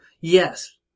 Yes